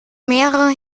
mehrere